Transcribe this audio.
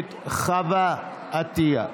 הכנסת חוה עטייה.